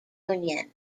union